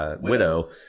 widow